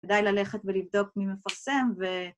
כדאי ללכת ולבדוק מי מפרסם ו...